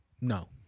No